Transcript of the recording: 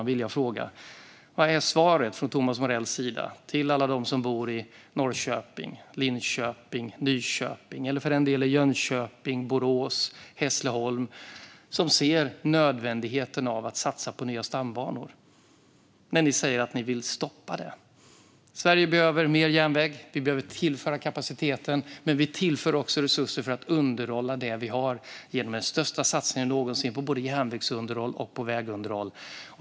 Jag vill fråga Thomas Morell: Vad är ditt svar till alla som bor i Norrköping, Linköping eller Nyköping, eller för den delen i Jönköping, Borås eller Hässleholm, och som ser nödvändigheten av att satsa på nya stambanor? Ni säger att ni vill stoppa det. Sverige behöver mer järnväg. Vi behöver tillföra kapacitet, och vi tillför också resurser för att underhålla det vi har genom den största satsningen någonsin på både järnvägsunderhåll och vägunderhåll.